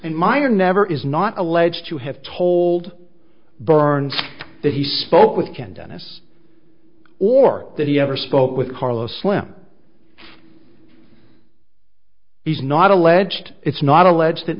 and mine are never is not alleged to have told byrne that he spoke with ken dennis or that he ever spoke with carlos slim he's not alleged it's not alleged that